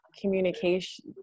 communication